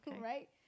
right